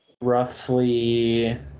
roughly